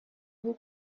you